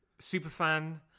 superfan